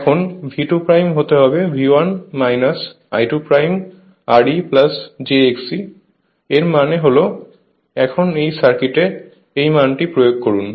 এখন V2 হতে হবে V 1 I2Re jXe এর মানে হল এখন এই সার্কিটে এই মানটি প্রয়োগ করুন